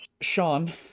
sean